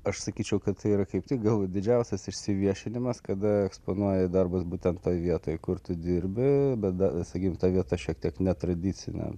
aš sakyčiau kad tai yra kaip tik gal didžiausias išsiviešinimas kada eksponuoji darbus būtent toj vietoj kur tu dirbi bet da sakykim ta vieta šiek tiek netradicinė